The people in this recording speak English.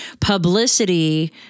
publicity